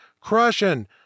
crushing